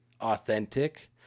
authentic